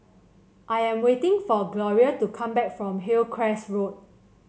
I am waiting for Gloria to come back from Hillcrest Road